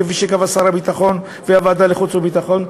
כפי שקבעו שר הביטחון וועדת חוץ וביטחון,